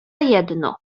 jedno